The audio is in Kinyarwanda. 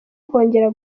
kongera